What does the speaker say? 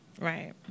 Right